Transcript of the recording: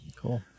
Cool